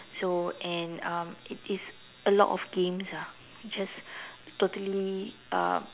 so and um it is a lot of games ah just totally um